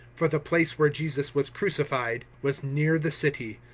for the place where jesus was crucified was near the city,